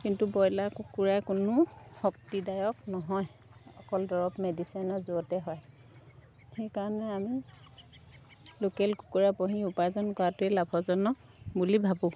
কিন্তু ব্ৰইলাৰ কুকুৰাৰ কোনো শক্তিদায়ক নহয় অকল দৰৱ মেডিচেনৰ য'তে হয় সেইকাৰণে আমি লোকেল কুকুৰা পুহি উপাৰ্জন কৰাটোৱেই লাভজনক বুলি ভাবোঁ